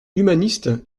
humaniste